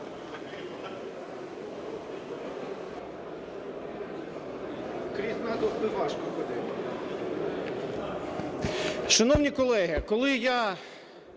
Шановні колеги, коли я